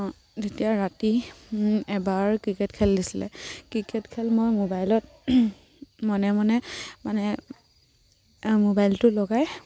তেতিয়া ৰাতি এবাৰ ক্ৰিকেট খেল দিছিলে ক্ৰিকেট খেল মই মোবাইলত মনে মনে মানে মোবাইলটো লগাই